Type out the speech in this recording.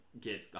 get